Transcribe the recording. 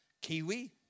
Kiwi